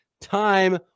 time